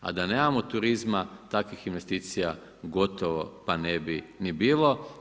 A da nemamo turizma takvih investicija gotovo pa ne bi ni bilo.